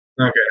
Okay